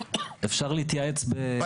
לא,